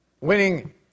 Winning